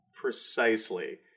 Precisely